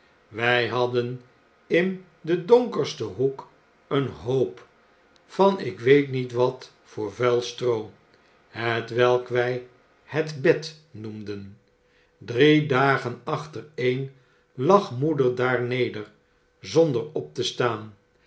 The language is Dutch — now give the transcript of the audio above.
wy hadden in den donkersten hoek een hoop van ik weet niet wat voor vuil stroo hetwelk wy het bed noemde drie dagen achtereen lag moeder daar neder zonder op te staan